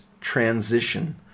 transition